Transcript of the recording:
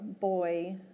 boy